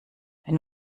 wenn